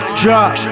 drop